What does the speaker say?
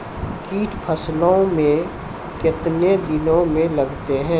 कीट फसलों मे कितने दिनों मे लगते हैं?